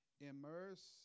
immerse